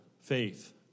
faith